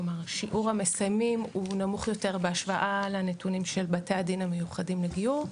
כלומר שיעור המסיימים הוא נמוך יותר בהשוואה לבתי הדין המיוחדים לגיור.